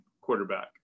quarterback